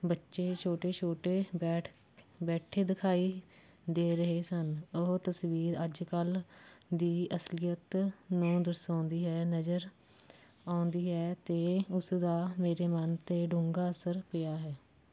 ਬੱਚੇ ਛੋਟੇ ਛੋਟੇ ਬੈਠ ਬੈਠੇ ਦਿਖਾਈ ਦੇ ਰਹੇ ਸਨ ਉਹ ਤਸਵੀਰ ਅੱਜ ਕੱਲ੍ਹ ਦੀ ਅਸਲੀਅਤ ਨੂੰ ਦਰਸਾਉਂਦੀ ਹੈ ਨਜ਼ਰ ਆਉਂਦੀ ਹੈ ਅਤੇ ਉਸ ਦਾ ਮੇਰੇ ਮਨ 'ਤੇ ਡੂੰਘਾ ਅਸਰ ਪਿਆ ਹੈ